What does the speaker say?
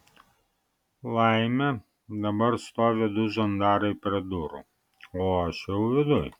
laimė dabar stovi du žandarai prie durų o aš jau viduj